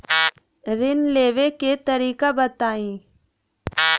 ऋण लेवे के तरीका बताई?